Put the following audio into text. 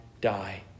die